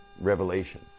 Revelation